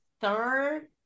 third